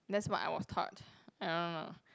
that's what I was taught I don't know